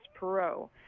Perot